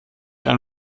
ein